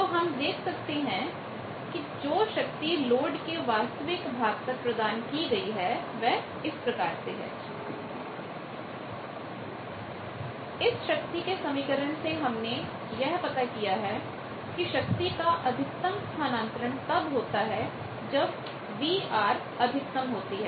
तो हम देख सकते हैं कि जो शक्ति लोड के वास्तविक भाग तक प्रदान की गई है वह इस शक्ति के समीकरण से हमने यह पता किया है कि शक्ति का अधिकतम स्थानांतरण तब होता है जब VR अधिकतम होती है